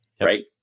right